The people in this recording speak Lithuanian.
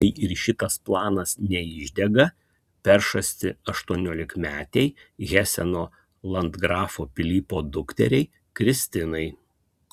kai ir šitas planas neišdega peršasi aštuoniolikmetei heseno landgrafo pilypo dukteriai kristinai